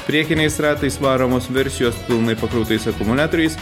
priekiniais ratais varomos versijos pilnai pakrautais akumuliatoriais